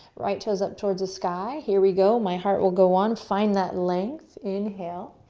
right toes up towards the sky. here we go, my heart will go on, find that length. inhale